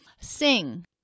Sing